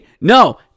No